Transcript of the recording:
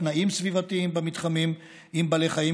תנאים סביבתיים במתחמים עם בעלי חיים,